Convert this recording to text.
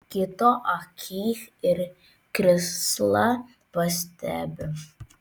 kito akyj ir krislą pastebi